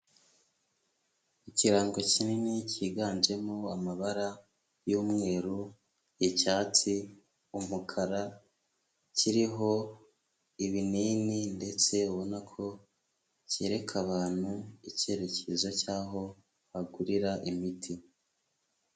Ikirango kinini cyiganjemo amabara y'umweru, icyatsi, umukara, kiriho ibinini ndetse ubona ko kereka abantu icyerekezo cy'aho bagurira imiti.